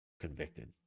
convicted